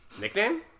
nickname